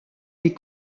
les